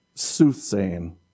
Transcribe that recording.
Soothsaying